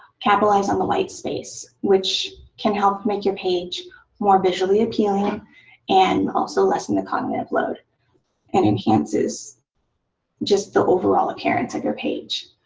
capitalize on the white space which can help make your page more appealing and also lessen the cognitive load and enhances just the overall appearance of your page.